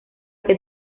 que